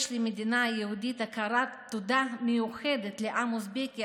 יש למדינה היהודית הכרה תודה מיוחדת לעם האוזבקי,